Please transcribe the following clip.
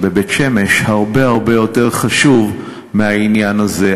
בבית-שמש הרבה הרבה יותר חשוב מהעניין הזה,